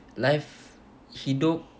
life hidup